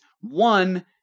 one